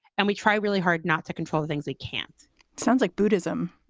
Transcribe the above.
and we try really hard not to control the things we can't sounds like buddhism.